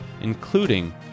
including